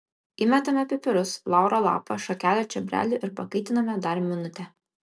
įmetame pipirus lauro lapą šakelę čiobrelių ir pakaitiname dar minutę